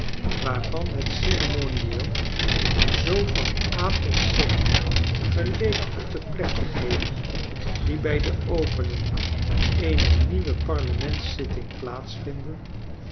waarvan het ceremonteel zoo van a tot z goleek op de plechtigheden die bij de opening eener nieuwe